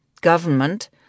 Government